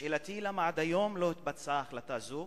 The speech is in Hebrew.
שאלתי היא: למה עד היום לא התבצעה החלטה זו?